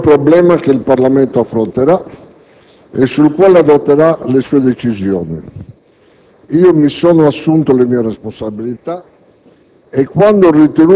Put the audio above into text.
Questo sarà un problema che il Parlamento affronterà e sul quale adotterà le sue decisioni. Io mi sono assunto le mie responsabilità,